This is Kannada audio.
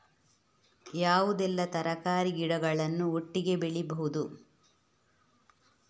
ಯಾವುದೆಲ್ಲ ತರಕಾರಿ ಗಿಡಗಳನ್ನು ಒಟ್ಟಿಗೆ ಬೆಳಿಬಹುದು?